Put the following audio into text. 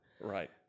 Right